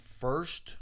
first